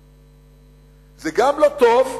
זה גם לא טוב,